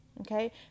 Okay